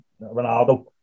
Ronaldo